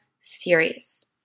series